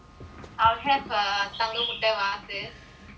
I'll have a தவளை முட்ட வாத்து:thavalai mutta vaathu